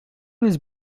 was